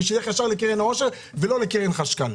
ושילך ישר לקרן העושר ולא קרן חשכ"ל.